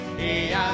hey